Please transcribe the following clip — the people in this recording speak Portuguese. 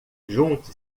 junte